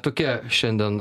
tokia šiandien